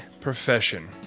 profession